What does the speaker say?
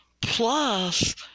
Plus